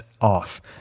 off